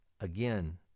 Again